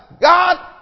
God